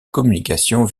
communication